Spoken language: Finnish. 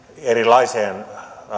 erilaiseen